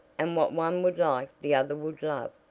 and what one would like the other would love.